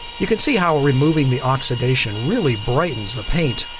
you could see how removing the oxidation really brightens the paint.